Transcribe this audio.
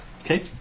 Okay